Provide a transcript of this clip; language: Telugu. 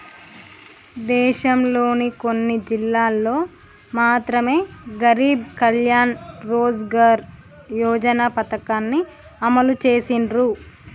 దేశంలోని కొన్ని జిల్లాల్లో మాత్రమె గరీబ్ కళ్యాణ్ రోజ్గార్ యోజన పథకాన్ని అమలు చేసిర్రు